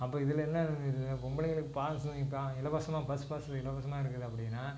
அப்போ இதில் என்ன இருக்குது பொம்பளைகளுக்கு பாஸ் வாங்கி இப்போ இலவசமாக பஸ் பாஸ் இலவசமாக இருக்குது அப்படின்னா